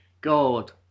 God